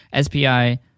SPI